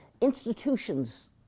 institutions